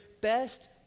best